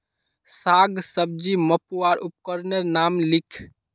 साग सब्जी मपवार उपकरनेर नाम लिख?